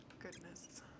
goodness